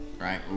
right